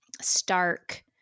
stark